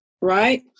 right